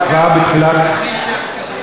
כבר בתחילת,